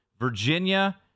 Virginia